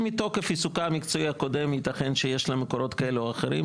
ומתוקף עיסוקה המקצועי הקודם יתכן שיש לה מקורות כאלו או אחרים,